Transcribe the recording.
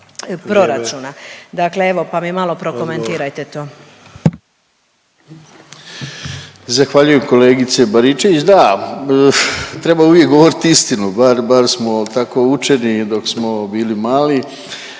**Šimičević, Rade (HDZ)** Zahvaljujem kolegice Baričević. Da, treba uvijek govoriti istinu, bar, bar smo tako učeni dok smo bili mali.